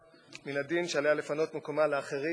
מן הדין שעליה לפנות את מקומה לאחרים